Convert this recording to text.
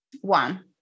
one